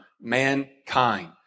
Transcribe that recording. mankind